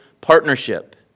partnership